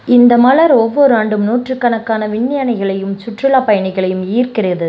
இந்த மலர் ஒவ்வொரு ஆண்டும் நூற்றுக்கணக்கான விஞ்ஞானிகளையும் சுற்றுலாப் பயணிகளையும் ஈர்க்கிறது